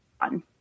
fun